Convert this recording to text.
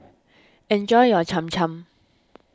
enjoy your Cham Cham